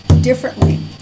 differently